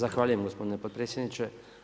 Zahvaljujem gospodine potpredsjedniče.